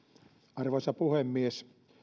arvoisa puhemies